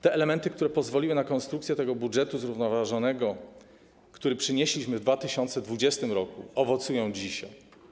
Te elementy, które pozwoliły na konstrukcję budżetu zrównoważonego, który przynieśliśmy w 2020 r., owocują dzisiaj.